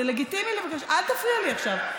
זה לגיטימי לבקש, אל תפריע לי עכשיו.